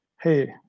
Hey